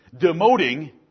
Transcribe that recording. demoting